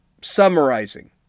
summarizing